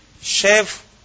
Chef